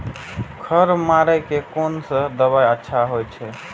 खर मारे के कोन से दवाई अच्छा होय छे?